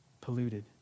Polluted